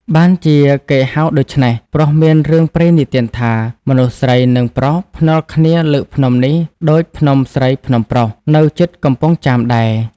បានជាគេហៅដូច្នេះ ព្រោះមានរឿងព្រេងនិទានថា មនុស្សស្រី និង ប្រុស ភ្នាល់គ្នាលើកភ្នំនេះ ដូច "ភ្នំស្រីភ្នំប្រុស" នៅជិតកំពង់ចាមដែរ